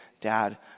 dad